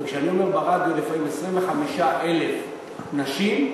וכשאני אומר ברדיו לפעמים "עשרים וחמישה אלף נשים",